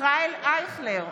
ישראל אייכלר,